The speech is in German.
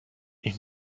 nicht